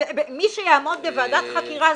לא שאנחנו מסדרים --- גם המחוקק יש לו אחריות.